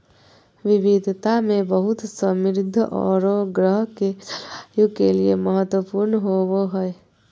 विविधता में बहुत समृद्ध औरो ग्रह के जलवायु के लिए महत्वपूर्ण होबो हइ